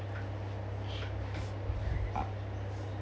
uh